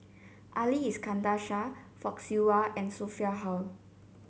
Ali Iskandar Shah Fock Siew Wah and Sophia Hull